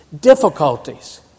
difficulties